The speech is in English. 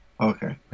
Okay